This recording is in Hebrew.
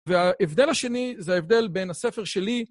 וההבדל השני, זה ההבדל בין הספר שלי...